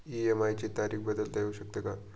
EMI ची तारीख बदलता येऊ शकते का?